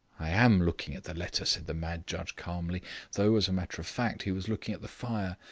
i am looking at the letter, said the mad judge calmly though, as a matter of fact, he was looking at the fire.